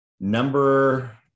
Number